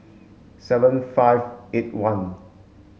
seven five eight one